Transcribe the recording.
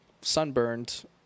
sunburned